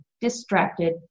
Distracted